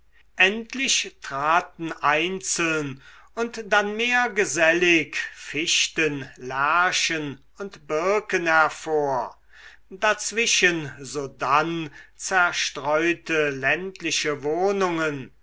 endlich traten einzeln und dann mehr gesellig fichten lärchen und birken hervor dazwischen sodann zerstreute ländliche wohnungen